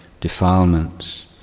defilements